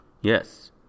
Yes